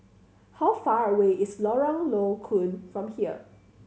how far away is Lorong Low Koon from here